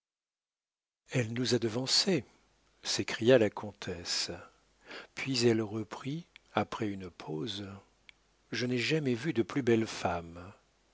elle nous a devancés s'écria la comtesse puis elle reprit après une pause je n'ai jamais vu de plus belle femme